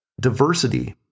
diversity